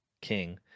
king